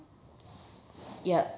yup